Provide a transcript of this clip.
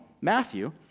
Matthew